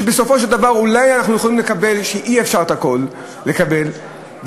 כשבסופו של דבר אולי אנחנו יכולים לקבל שאי-אפשר לקבל את הכול,